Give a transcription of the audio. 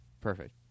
Perfect